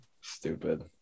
stupid